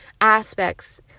aspects